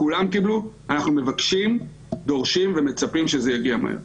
אנחנו מבקשים, דורשים ומצפים שזה יגיע מהר.